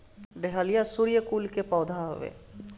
dahlia सूर्यकुल के पौधा हवे